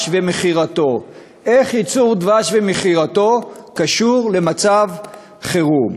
ומכירתו) איך ייצור דבש ומכירתו קשור למצב חירום?